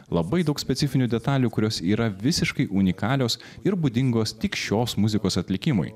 labai daug specifinių detalių kurios yra visiškai unikalios ir būdingos tik šios muzikos atlikimui